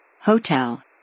Hotel